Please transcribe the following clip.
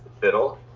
fiddle